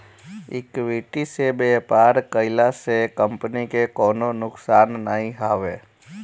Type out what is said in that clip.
equity से व्यापार कईला से कंपनी के कवनो नुकसान नाइ हवे